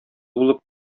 булып